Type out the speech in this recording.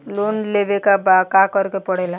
Loan लेबे ला का करे के पड़े ला?